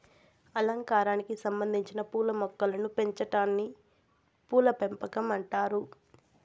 అలంకారానికి సంబందించిన పూల మొక్కలను పెంచాటాన్ని పూల పెంపకం అంటారు